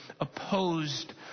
opposed